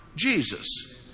jesus